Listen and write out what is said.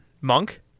Monk